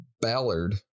Ballard